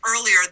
earlier